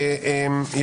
אני